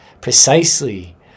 precisely